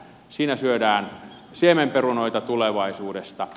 siinä syödään siemenperunoita tulevaisuudesta